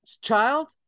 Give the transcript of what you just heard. child